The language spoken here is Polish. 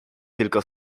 tylko